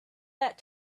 that